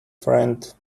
friend